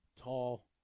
tall